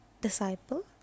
disciple